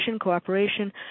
cooperation